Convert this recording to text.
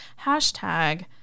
hashtag